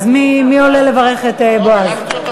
אז מי עולה לברך את בועז?